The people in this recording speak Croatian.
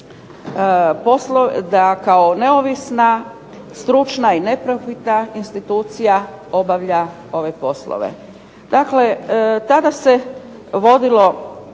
da kao neovisna, stručna i neprofitna institucija obavlja ove poslove. Dakle, tada se vodilo